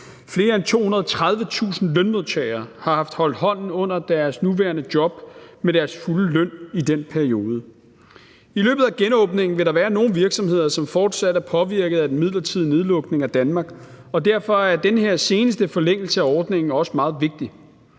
flere end 230.000 lønmodtagere i deres nuværende job og med deres fulde løn i den periode. I løbet af genåbningen vil der være nogle virksomheder, som fortsat er påvirket af den midlertidige nedlukning af Danmark, og derfor er den her seneste forlængelse af ordningen også meget vigtigt.